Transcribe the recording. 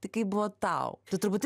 tai kaip buvo tau tu turbūt